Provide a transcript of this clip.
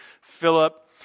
Philip